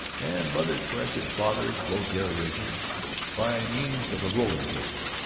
and mother corrected father's vulgarisms by means of a rolling-pin.